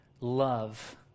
Love